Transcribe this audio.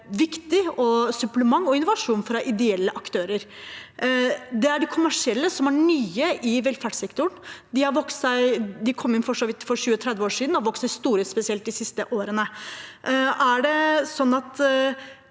et viktig supplement og innovasjon fra ideelle aktører. Det er de kommersielle som er nye i velferdssektoren; de kom inn for 20–30 år siden og har vokst seg store, spesielt de siste årene.